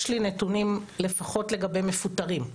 יש לי נתונים לפחות לגבי מפוטרים.